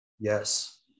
Yes